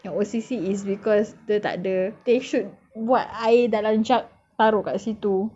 yang O_C_C is because dia tak ada they should buat air dalam jug taruk dekat situ